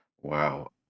wow